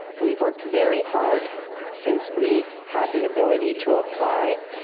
we've worked very hard since we had the ability to apply.